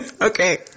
Okay